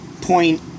point